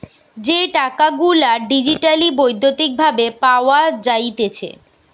যে টাকা গুলা ডিজিটালি বৈদ্যুতিক ভাবে পাওয়া যাইতেছে